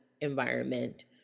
environment